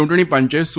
ચૂંટણી પંચે સુ